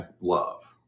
love